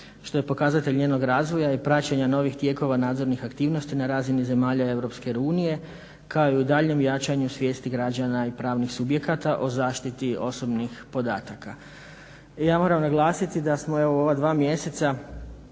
što je pokazatelj njenog razvoja i praćenja novih tijekova nadzornih aktivnosti na razini zemalja EU kao i u daljnjem jačanju svijesti građana i pravnih subjekata o zaštiti osobnih podataka. Ja moram naglasiti da smo evo u ova dva mjeseca